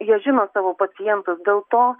jie žino savo pacientus dėl to